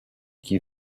qui